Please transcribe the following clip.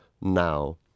now